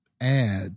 add